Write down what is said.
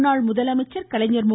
முன்னாள் முதலமைச்சர் கலைஞர் மு